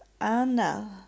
Anna